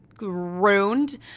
ruined